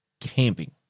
camping